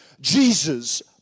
Jesus